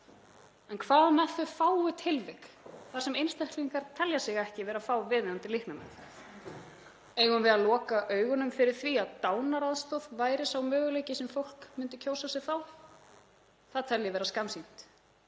En hvað með þau fáu tilvik þar sem einstaklingar telja sig ekki vera að fá viðeigandi líknarmeðferð? Eigum við að loka augunum fyrir því að dánaraðstoð væri sá möguleiki sem fólk myndi kjósa sér þá? Það tel ég vera skammsýni.